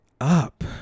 up